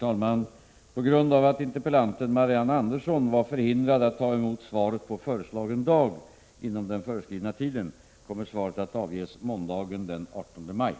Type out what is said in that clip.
Avser finansministern, med tanke på de förväntade kraftigt höjda taxeringsvärdena, föreslå en sänkt uttagsprocent för fastighetsskatten?